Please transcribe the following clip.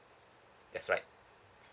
that's right